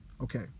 Okay